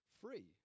free